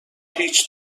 هیچ